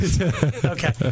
Okay